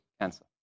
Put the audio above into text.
cancer